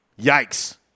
Yikes